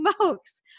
smokes